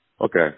Okay